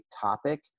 topic